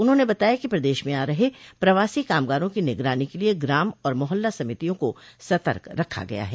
उन्होंने बताया कि प्रदेश में आ रहे प्रवासी कामगारों की निगरानी के लिये ग्राम और मोहल्ला समितियों को सतर्क रखा गया है